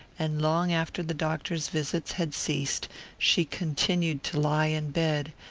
and long after the doctor's visits had ceased she continued to lie in bed,